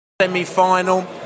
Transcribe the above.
semi-final